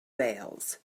veils